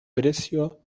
precio